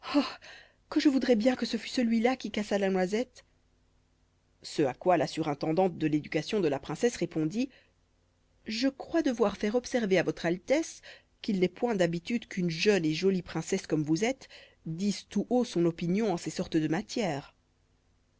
que je voudrais bien que ce fût celui-ci qui cassât la noisette ce à quoi la surintendante de l'éducation de la princesse répondit je crois devoir faire observer à votre altesse qu'il n'est point d'habitude qu'une jeune et jolie princesse comme vous êtes dise tout haut son opinion en ces sortes de matières